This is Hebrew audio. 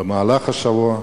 במהלך השבוע,